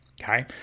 Okay